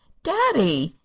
daddy!